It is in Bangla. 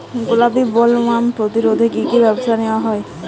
গোলাপী বোলওয়ার্ম প্রতিরোধে কী কী ব্যবস্থা নেওয়া হয়?